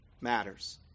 matters